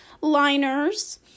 liners